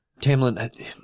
Tamlin